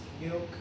milk